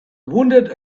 wounded